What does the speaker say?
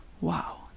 Wow